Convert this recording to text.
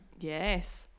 Yes